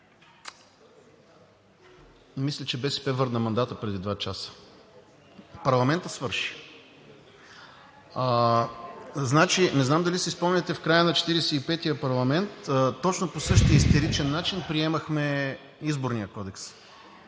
мисля, че БСП върна мандата преди два часа. Парламентът свърши. Не знам дали си спомняте, в края на 45-ия парламент точно по същия истеричен начин приемахме Изборния кодекс,